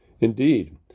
Indeed